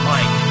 Mike